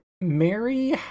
Mary